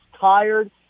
tired